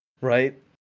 right